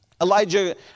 Elijah